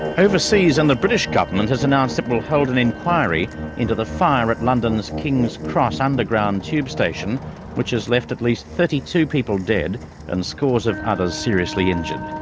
overseas, and the british government has announced it will hold an inquiry into the fire at london's king's cross underground tube station which has left at least thirty two people dead and scores of others seriously injured.